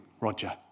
Roger